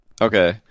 Okay